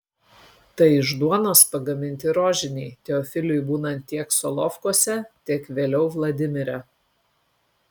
tai iš duonos pagaminti rožiniai teofiliui būnant tiek solovkuose tiek vėliau vladimire